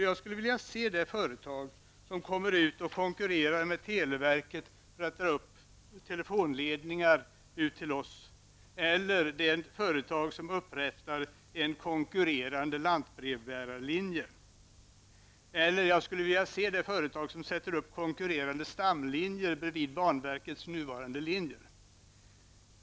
Jag skulle vilja se det företag som skulle komma ut till oss och konkurrera med televerket när det gäller att dra telefonledningar eller det företag som skulle upprätta konkurrerande lantbrevbärarlinjer. Jag skulle också vilja se det företag som skulle sätta upp konkurrerande stamlinjer bredvid banverkets nuvarande linjer.